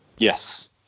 Yes